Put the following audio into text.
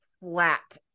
flat